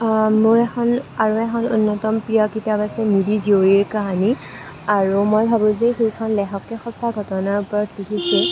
মোৰ এখন আৰু এখন অন্যতম প্ৰিয় কিতাপ আছে মিৰি জীয়ৰিৰ কাহিনী আৰু মই ভাবোঁ যে সেইখন লেখকে সঁচা ঘটনাৰ ওপৰত লিখিছে